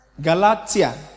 Galatia